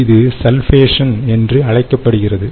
இது சல்பேஷன் என்று அழைக்கப்படுகிறது